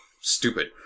stupid